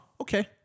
Okay